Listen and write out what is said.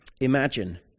Imagine